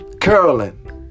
curling